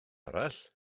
arall